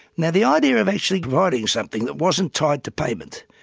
now the idea of actually providing something that wasn't tied to payment,